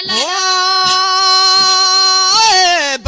o